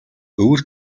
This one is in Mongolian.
өвөр